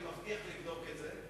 אני מבטיח לבדוק את זה.